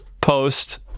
post